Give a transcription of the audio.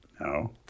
No